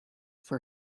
for